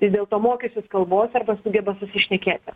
vis dėlto mokysis kalbos arba sugeba susišnekėti